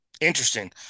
Interesting